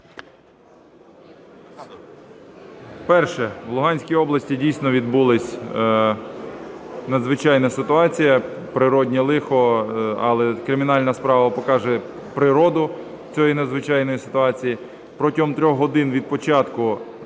Перше. В Луганській області, дійсно, відбулася надзвичайна ситуація, природнє лихо. Але кримінальна справа покаже природу цієї надзвичайної ситуації. Протягом 3 годин від початку